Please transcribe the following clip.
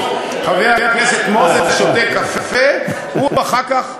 חבר הכנסת מוזס שותה קפה הוא אחר כך,